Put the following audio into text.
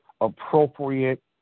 appropriate